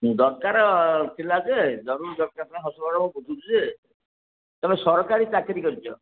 ହୁଁ ଦରକାର ଥିଲା ଯେ ଜରୁର ଦରକାର ଥିଲା ଶ୍ୱଶୁର ଘର ମୁଁ ବୁଝୁଛି ଯେ ତୁମେ ସରକାରୀ ଚାକିରି କରିଛ